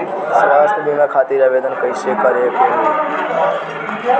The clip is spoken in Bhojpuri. स्वास्थ्य बीमा खातिर आवेदन कइसे करे के होई?